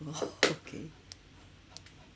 !whoa! okay